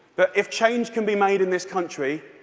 that if change can be made in this country,